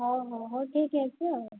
ହଉ ହଉ ହଉ ଠିକ୍ଅଛି ଆଉ